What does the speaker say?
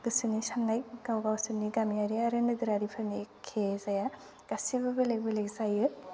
गोसोनि साननाय गाव गावसोरनि गामियारि आरो नोगोरारिफोरनि एखे जाया गासैबो बेलेक बेलेक जायो